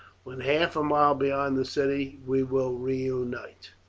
when half a mile beyond the city we will reunite.